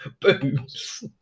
Boobs